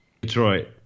Detroit